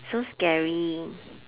so scary